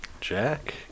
Jack